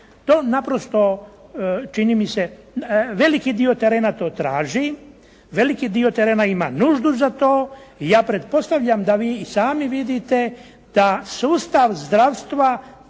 To naprosto čini mi se veliki dio terena to traži, veliki dio terena ima nuždu za to. I ja pretpostavljam da vi i sami vidite da sustav zdravstva